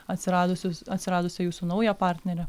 atsiradusius atsiradusią jūsų naują partnerę